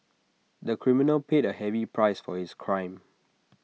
the criminal paid A heavy price for his crime